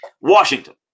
Washington